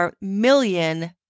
million